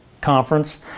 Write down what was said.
conference